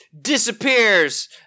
disappears